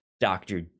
Doctor